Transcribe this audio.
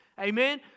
Amen